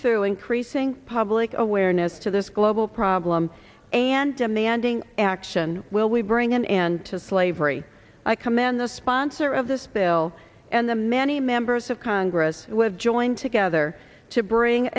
through increasing public awareness to this global problem and demanding action will we bring an end to slavery i commend the sponsor of this bill and the many members of congress with join together to bring